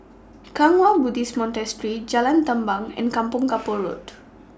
Kwang Hua Buddhist Monastery Jalan Tamban and Kampong Kapor Road